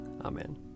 Amen